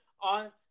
on